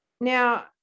Now